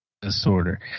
disorder